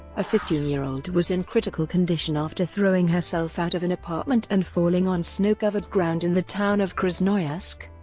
a fifteen year old was in critical condition after throwing herself out of an apartment and falling on snow-covered ground in the town of krasnoyarsk,